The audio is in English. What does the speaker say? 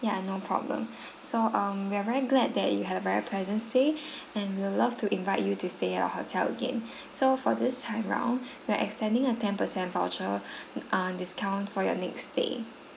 ya no problem so um we are very glad that you had a very pleasant stay and we'd love to invite you to stay at our hotel again so for this time round we're extending a ten percent voucher err discount for your next stay